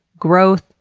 growth,